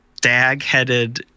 dag-headed